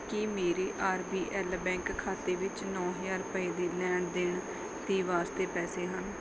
ਕੀ ਮੇਰੇ R B L bank ਖਾਤੇ ਵਿੱਚ ਨੌਂ ਹਜ਼ਾਰ ਰੁਪਏ ਦੇ ਲੈਣ ਦੇਣ ਦੇ ਵਾਸਤੇ ਪੈਸੇ ਹਨ